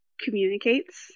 communicates